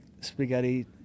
spaghetti –